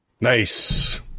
Nice